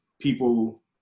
People